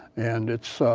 and it